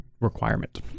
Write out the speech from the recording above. requirement